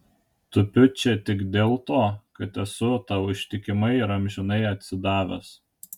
tupiu čia tik dėl to kad esu tau ištikimai ir amžinai atsidavęs